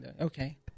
Okay